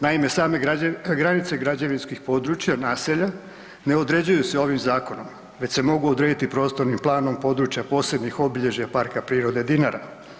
Naime, same granice građevinskih područja naselja ne određuju se ovim zakonom već se mogu odrediti prostornim planom područja posebnih obilježja PP Dinara.